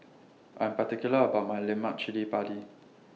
I'm particular about My Lemak Chili Padi